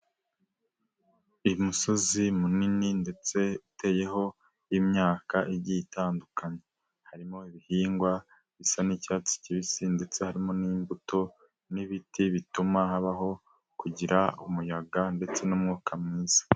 Umusozi munini ndetse uteyeho imyaka igiye itandukanye, harimo ibihingwa bisa n'icyatsi kibisi ndetse harimo n'imbuto n'ibiti bituma habaho kugira umuyaga ndetse n'umwuka mwiza.